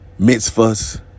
mitzvahs